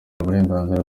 uburenganzira